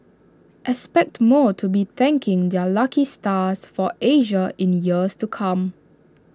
expect more to be thanking their lucky stars for Asia in years to come